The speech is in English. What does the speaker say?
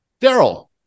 Daryl